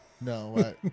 No